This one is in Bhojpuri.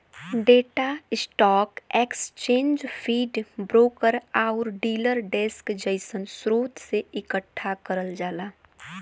data stock exchange feed, broker आउर डीलर डेस्क जइसन स्रोत से एकठ्ठा करल जाला